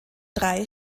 drei